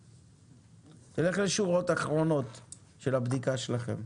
לך לשורות אחרונות של הבדיקה שלכם.